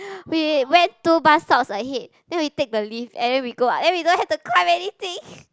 we went two bus stops ahead then we take the lift and then we go up then we don't have to climb anything